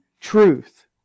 truth